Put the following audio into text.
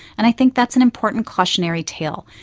and i think that's an important cautionary tale.